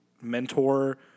mentor